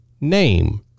name